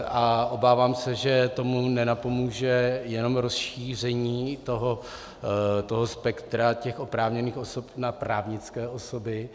A obávám se, že tomu nenapomůže jenom rozšíření toho spektra oprávněných osob na právnické osoby.